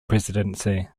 presidency